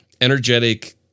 energetic